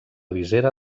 visera